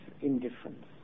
indifference